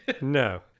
No